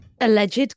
alleged